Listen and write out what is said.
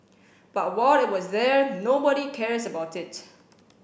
but while it was there nobody cares about it